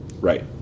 Right